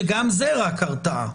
שגם זה רק הרתעה,